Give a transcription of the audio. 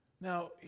Now